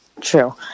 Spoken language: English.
True